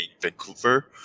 Vancouver